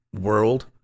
world